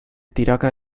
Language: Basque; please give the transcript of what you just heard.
tiraka